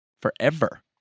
forever